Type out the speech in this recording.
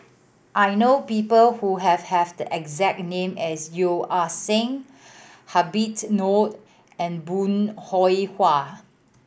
I know people who have have the exact name as Yeo Ah Seng Habit Noh and Bong Hiong Hwa